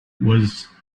was